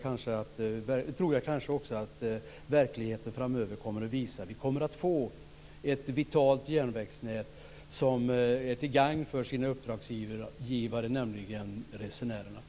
Jag tror att verkligheten framöver kommer att visa att vi kommer att få ett vitalt järnvägsnät som är till gagn för sina uppdragsgivare, nämligen resenärerna.